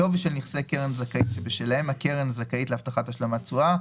השווי של נכסי קרן זכאית שבשלהם הקרן זכאית להבטחת השלמת תשואה,